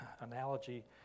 analogy